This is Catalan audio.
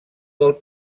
del